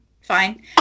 fine